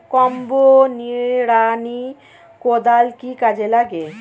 Combo নিড়ানি কোদাল কি কাজে লাগে?